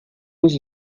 uso